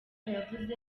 yavuze